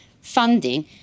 funding